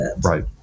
Right